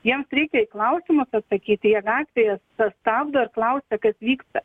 jiems reikia į klausimus atsakyti jie gatvėje sustabdo ir klausia kas vyksta